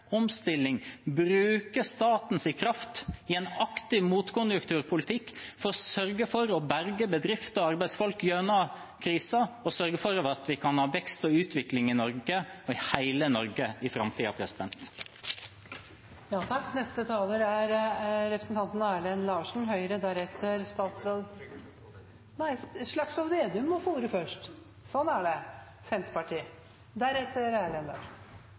omstilling og bruke statens kraft i en aktiv motkonjunkturpolitikk for å sørge for å berge bedrifter og arbeidsfolk gjennom krisen, og sørge for at vi kan ha vekst og utvikling i Norge – og i hele Norge – i framtiden. Neste taler er representanten Erlend Larsen, Høyre, deretter statsråd – nei, Slagsvold Vedum må få ordet først, sånn er det!